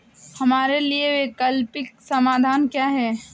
हमारे लिए वैकल्पिक समाधान क्या है?